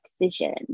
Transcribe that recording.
decision